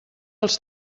els